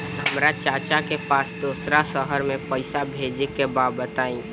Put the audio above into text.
हमरा चाचा के पास दोसरा शहर में पईसा भेजे के बा बताई?